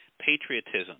patriotism